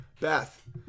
Beth